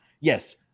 Yes